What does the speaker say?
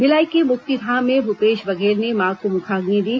भिलाई के मुक्तिधाम में भूपेश बघेल ने मां को मुखाग्नि दी